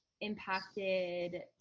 impacted